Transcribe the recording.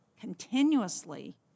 continuously